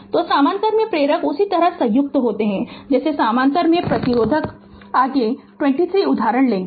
तो समानांतर में प्रेरक उसी तरह संयुक्त होते हैं जैसे समानांतर में प्रतिरोधक आगे 2 3 उदाहरण लेंगे